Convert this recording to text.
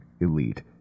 elite